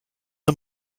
the